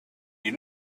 you